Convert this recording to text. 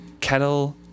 kettle